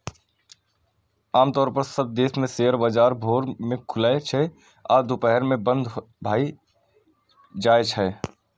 आम तौर पर सब देश मे शेयर बाजार भोर मे खुलै छै आ दुपहर मे बंद भए जाइ छै